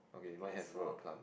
K that's four